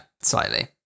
slightly